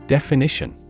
Definition